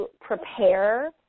prepare